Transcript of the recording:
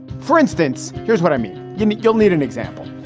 for instance, here's what i mean. you know you'll need an example.